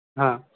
हां